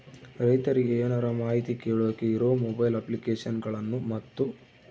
ರೈತರಿಗೆ ಏನರ ಮಾಹಿತಿ ಕೇಳೋಕೆ ಇರೋ ಮೊಬೈಲ್ ಅಪ್ಲಿಕೇಶನ್ ಗಳನ್ನು ಮತ್ತು?